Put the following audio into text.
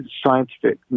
scientific